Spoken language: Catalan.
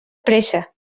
pressa